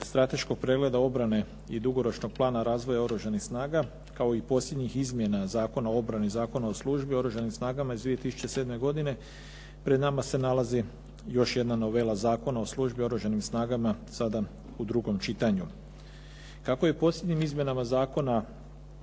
Kako je posljednjim izmjenama Zakona